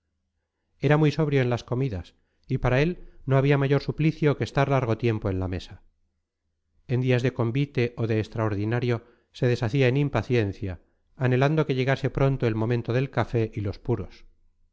era muy sobrio en las comidas y para él no había mayor suplicio que estar largo tiempo en la mesa en días de convite o de extraordinario se deshacía en impaciencia anhelando que llegase pronto el momento del café y los puros